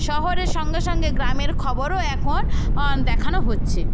শহরের সঙ্গে সঙ্গে গ্রামের খবরও এখন দেখানো হচ্ছে